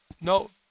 no